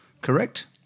Correct